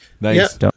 Nice